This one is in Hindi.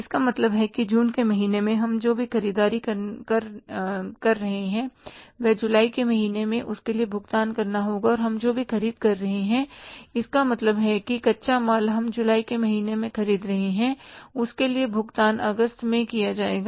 इसका मतलब है कि जून के महीने में हम जो भी ख़रीददारी कर रहे हैं वह जुलाई के महीने में उसके लिए भुगतान करेगा और हम जो भी खरीद रहे हैं उसका मतलब है कि कच्चा माल हम जुलाई के महीने में ख़रीद रहे हैं उसके लिए भुगतान अगस्त में किया जाएगा